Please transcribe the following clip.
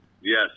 Yes